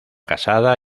casada